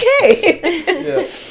okay